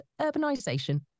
urbanisation